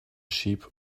sheep